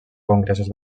congressos